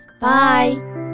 Bye